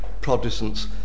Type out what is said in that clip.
Protestants